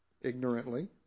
ignorantly